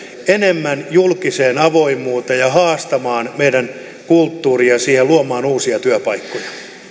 enemmän julkiseen avoimuuteen ja haastamaan meidän kulttuuriamme siihen luomaan uusia työpaikkoja arvoisa